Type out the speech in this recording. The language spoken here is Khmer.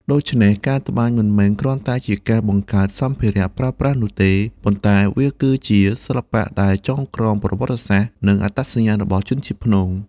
ដូច្នេះ ការត្បាញមិនមែនគ្រាន់តែជាការបង្កើតសម្ភារៈប្រើប្រាស់នោះទេ ប៉ុន្តែវាគឺជាសិល្បៈដែលចងក្រងប្រវត្តិសាស្ត្រនិងអត្តសញ្ញាណរបស់ជនជាតិព្នង។